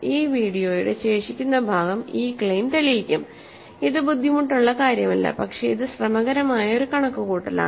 ഈ വീഡിയോയുടെ ശേഷിക്കുന്ന ഭാഗം ഈ ക്ലെയിം തെളിയിക്കും അത് ബുദ്ധിമുട്ടുള്ള കാര്യമല്ല പക്ഷേ ഇത് ശ്രമകരമായ ഒരു കണക്കുകൂട്ടലാണ്